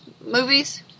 movies